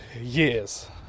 years